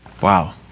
Wow